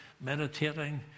meditating